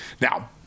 Now